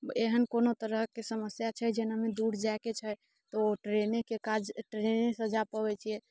एहन कोनो तरहके समस्या छै जेनामे दूर जाएके छै तऽ ओ ट्रेनेके काज ट्रेनेसँ जा पबैत छियै